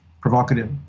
provocative